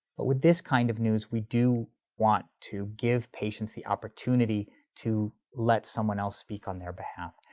but with this kind of news, we do want to give patients the opportunity to let someone else speak on their behalf.